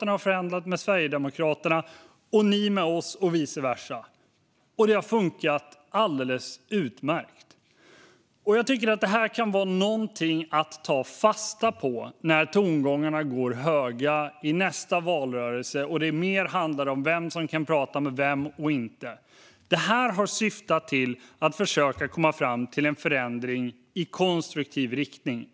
Ni har förhandlat med oss och vice versa. Och det har funkat alldeles utmärkt. Jag tycker att detta kan vara något att ta fasta på när tongångarna går höga i nästa valrörelse och det handlar om vem som kan och inte kan prata med vem. Detta har syftat till att försöka komma fram till en förändring i konstruktiv riktning.